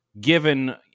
given